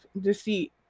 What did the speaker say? deceit